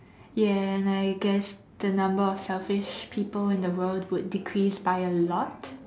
ya and I guess the number of selfish people in the world would decrease by a lot